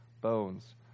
bones